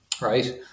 right